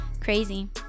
crazy